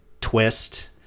twist